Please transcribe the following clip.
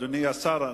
אדוני השר,